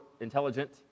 intelligent